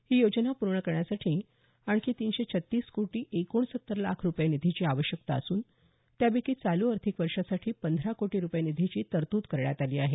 ही योजना पूर्ण करण्यासाठी आणखी तीनशे छत्तीस कोटी एकोणसत्तर लाख रुपये निधीची आवश्यकता असून त्यापैकी चालू आर्थिक वर्षासाठी पंधरा कोटी रुपये निधीची तरतूद करण्यात आली आहे